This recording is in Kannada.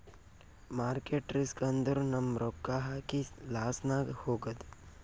ಮಾರ್ಕೆಟ್ ರಿಸ್ಕ್ ಅಂದುರ್ ನಮ್ ರೊಕ್ಕಾ ಹಾಕಿ ಲಾಸ್ನಾಗ್ ಹೋಗದ್